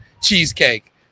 cheesecake